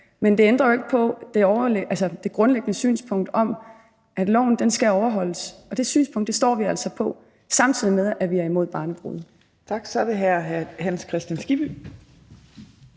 Men det ændrer jo ikke på det grundlæggende synspunkt, at loven skal overholdes, og det synspunkt står vi altså på, samtidig med at vi er imod barnebrude. Kl. 12:58 Fjerde næstformand